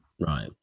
right